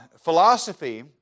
philosophy